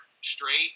straight